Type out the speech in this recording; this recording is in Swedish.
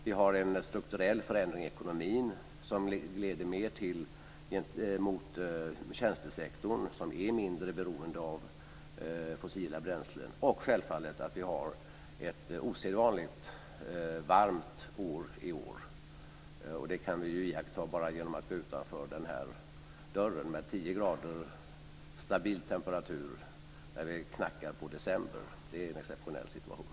Vi har en strukturell förändring i ekonomin som leder mer mot tjänstesektorn, som är mindre beroende av fossila bränslen. Det beror självfallet också på att det är osedvanligt varmt i år. Det kan vi iaktta bara genom att gå ut genom dörren, med 10 graders stabil temperatur när december knackar på. Det är en exceptionell situation.